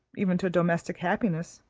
even to domestic happiness,